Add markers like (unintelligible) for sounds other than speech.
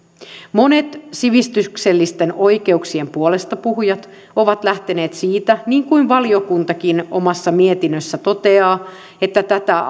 monet sivistyksellisten oikeuksien puolesta puhujat ovat lähteneet siitä niin kuin valiokuntakin omassa mietinnössään toteaa että tätä (unintelligible)